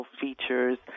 features